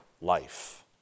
life